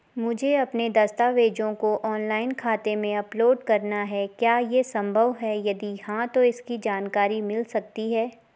मुझे अपने दस्तावेज़ों को ऑनलाइन खाते में अपलोड करना है क्या ये संभव है यदि हाँ तो इसकी जानकारी मिल सकती है?